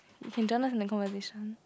you can join us in the conversation